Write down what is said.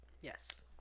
Yes